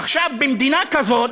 עכשיו, במדינה כזאת,